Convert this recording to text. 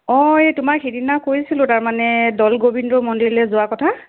অঁ এই তোমাৰ সিদিনা কৈছিলোঁ তাৰমানে দৌল গোবিন্দ মন্দিৰলৈ যোৱা কথা